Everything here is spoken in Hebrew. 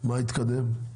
מה התקדם?